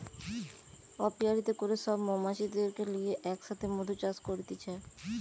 অপিয়ারীতে করে সব মৌমাছিদেরকে লিয়ে এক সাথে মধু চাষ করতিছে